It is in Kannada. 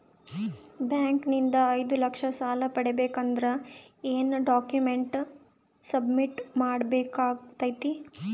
ಬ್ಯಾಂಕ್ ನಿಂದ ಐದು ಲಕ್ಷ ಸಾಲ ಪಡಿಬೇಕು ಅಂದ್ರ ಏನ ಡಾಕ್ಯುಮೆಂಟ್ ಸಬ್ಮಿಟ್ ಮಾಡ ಬೇಕಾಗತೈತಿ?